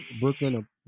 Brooklyn